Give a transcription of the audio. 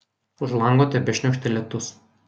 už lango tebešniokštė lietus